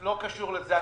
לא קשור לזה,